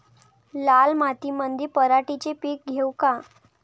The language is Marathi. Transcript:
लाल मातीमंदी पराटीचे पीक घेऊ का?